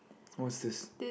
what's this